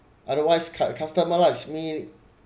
otherwise cust~ customer likes me